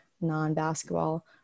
non-basketball